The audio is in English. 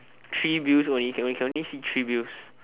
three wheels only can only can only see three wheels